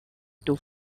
going